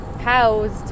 housed